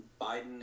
Biden